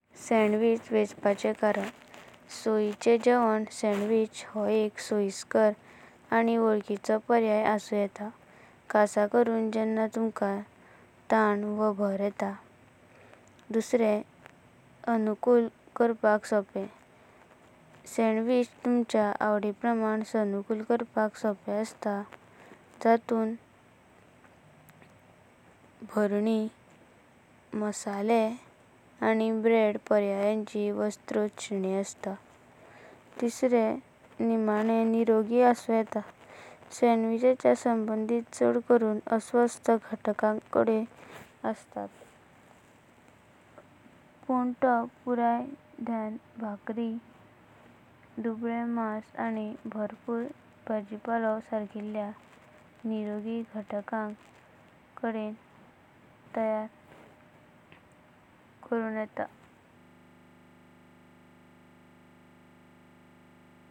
सांदविचा वेचपाचे कारण। सयिचेण जॆवणा सांदविचा हो एक सोयसकर आनि वलखिचो पर्यया असून येता। खास करुणा जेंणा तुमका ताण वा भर येता। सानुकूल करापका सोपे सांदविचा तुमच्या आवडी प्रमाणा सानुकूल करप सोपेंम् असता। ततुंताभार णी, मसालो आनि ब्रेडपाव पर्यायांची विस्तृत श्रेणी असता। आनि निमाणे निरोगी असून येता सांदविचाचो संबंधी चड करुणा अस्वास्थ घटकांकवेडॆनं असता। पण तो पुरा धण्य भाकरी, दुबळे मांस, आनि भरपूर भाजिपालो सरकिल्ल्या निरोगी घटकाकवेडॆनं तयार करुण येता।